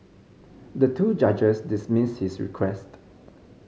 the two judges dismissed his request